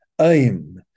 aim